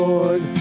Lord